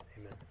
Amen